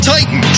Titan